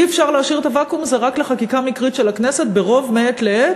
אי-אפשר להשאיר את הוואקום הזה רק לחקיקה מקרית של הכנסת ברוב מעת לעת,